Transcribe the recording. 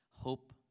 Hope